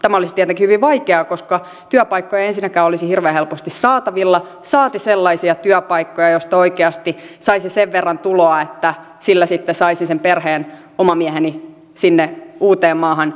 tämä olisi tietenkin hyvin vaikeaa koska työpaikkoja ei ensinnäkään olisi hirveän helposti saatavilla saati sellaisia työpaikkoja joista oikeasti saisi sen verran tuloa että sillä sitten saisi sen perheen oman mieheni sinne uuteen maahan yhdistettyä